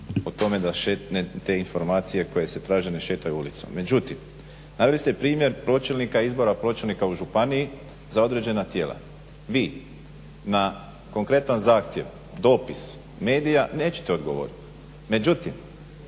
o tome da te informacije koje se traže ne šetaju ulicom. Međutim naveli ste primjer izbora pročelnika u županiji za određena tijela. Vi na konkretan zahtjev, dopis medija nećete odgovoriti, međutim